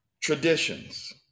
traditions